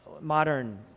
Modern